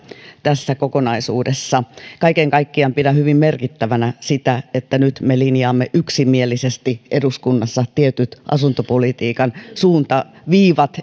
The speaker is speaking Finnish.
tässä kokonaisuudessa kaiken kaikkiaan pidän hyvin merkittävänä sitä että nyt me linjaamme yksimielisesti eduskunnassa tietyt asuntopolitiikan suuntaviivat